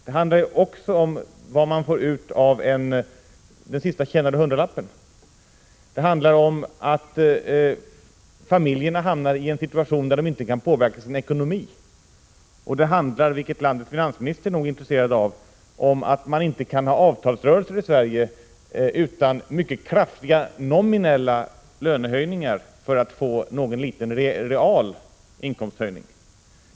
Det handlar också om vad man får ut av den senast tjänade hundralappen. Det handlar om att familjerna hamnar i en situation där de inte kan påverka sin ekonomi, och det handlar — vilket landets finansminister nog är intresserad av — om att man inte kan ha avtalsrörelser utan mycket kraftiga nominella lönehöjningar för att få någon liten real inkomsthöjning.